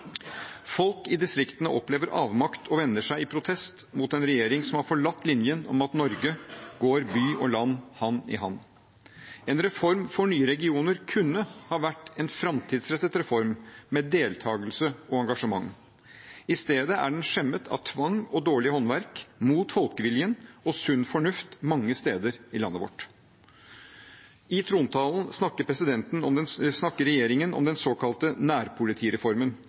Folk i distriktene opplever avmakt og vender seg i protest mot en regjering som har forlatt linjen om at i Norge går by og land hand i hand. En reform for nye regioner kunne ha vært en framtidsrettet reform med deltagelse og engasjement. I stedet er den skjemmet av tvang og dårlig håndverk, mot folkeviljen og sunn fornuft mange steder i landet vårt. I trontalen snakker regjeringen om den såkalte nærpolitireformen,